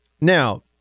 Now